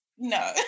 No